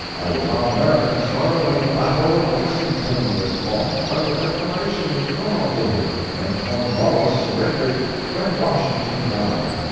i was on american soil when the battle of lexington was fought when the declaration was promulgated when cornwallis surrendered when washington died.